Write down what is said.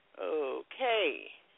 Okay